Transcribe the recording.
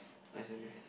ice lemon tea